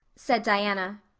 said diana.